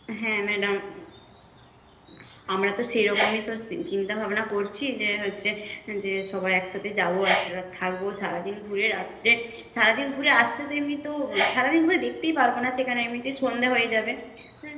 হ্যাঁ ম্যাডাম আমরা তো সেরকমই সব চিন্তাভাবনা করছি যে হচ্ছে যে সবাই একসাথে যাবো একটা রাত থাকবো সারাদিন ঘুরে রাত্রে সারাদিন ঘুরে আসতে তো এমনিতেও সারাদিন ঘুরে দেখতেই পারবো না সেখানে এমনিতে সন্ধ্যা হয়ে যাবে